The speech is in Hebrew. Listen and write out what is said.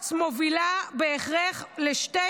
אין על הממלכתיות שלך.